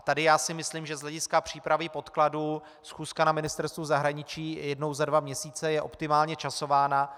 Tady si myslím, že z hlediska přípravy podkladů schůzka na Ministerstvu zahraničí jednou za dva měsíce je optimálně časována.